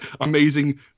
amazing